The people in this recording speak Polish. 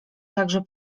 także